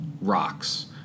rocks